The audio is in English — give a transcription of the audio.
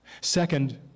Second